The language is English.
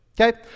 Okay